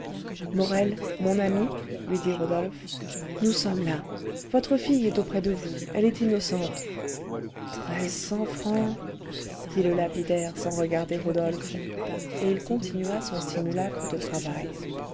morel mon ami lui dit rodolphe nous sommes là votre fille est auprès de vous elle est innocente treize cents francs dit le lapidaire sans regarder rodolphe et il continua son simulacre de travail